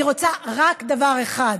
רוצה רק דבר אחד,